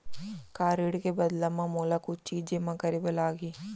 का ऋण के बदला म मोला कुछ चीज जेमा करे बर लागही?